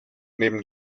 neben